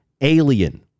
alien